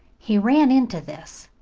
he ran into this.